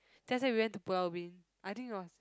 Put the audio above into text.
that's when we went to Pulau-Ubin I think it was